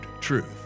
truth